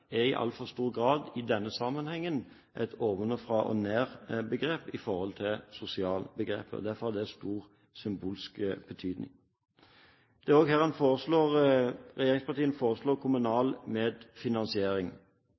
sammenheng i altfor stor grad et ovenfra-og-ned-begrep i forhold til sosialbegrepet. Derfor har det stor symbolsk betydning. Regjeringspartiene foreslår